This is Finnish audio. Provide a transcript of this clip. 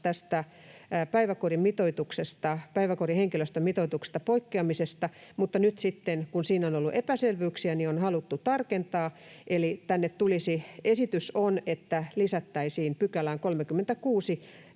päiväkodin henkilöstön mitoituksesta poikkeamisesta, mutta nyt sitten, kun siinä on ollut epäselvyyksiä, niin on haluttu tarkentaa, eli esitys on, että lisättäisiin 36 §:ään